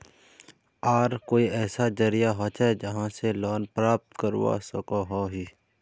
आर कोई ऐसा जरिया होचे जहा से लोन प्राप्त करवा सकोहो ही?